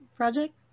Project